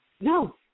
No